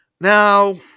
Now